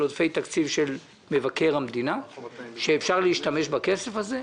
של משרד מבקר המדינה ואפשר להשתמש בכסף הזה,